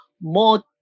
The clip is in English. more